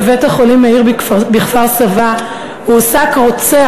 בבית-החולים "מאיר" בכפר-סבא הועסק רוצח